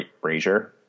Brazier